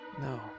No